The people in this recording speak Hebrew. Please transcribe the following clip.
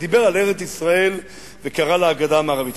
דיבר על ארץ-ישראל וקרא לה הגדה המערבית.